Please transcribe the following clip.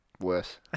Worse